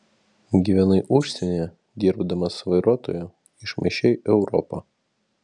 gyvenai užsienyje dirbdamas vairuotoju išmaišei europą